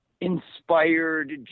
inspired